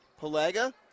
Pelega